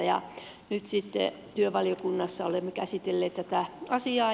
nyt sitten työvaliokunnassa olemme käsitelleet tätä asiaa